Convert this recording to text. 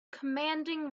commanding